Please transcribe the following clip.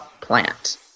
plant